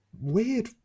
Weird